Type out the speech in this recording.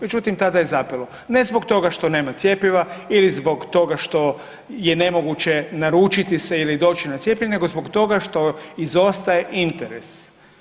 Međutim, tada je zapelo ne zbog toga što nema cjepiva ili zbog toga što je nemoguće naručiti se ili doći na cijepljenje, nego zbog toga što izostaje interes.